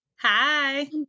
Hi